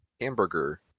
Hamburger